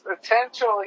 potentially